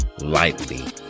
lightly